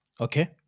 okay